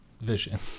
Vision